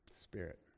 Spirit